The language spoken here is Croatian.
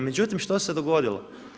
Međutim što se dogodilo?